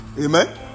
Amen